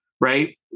right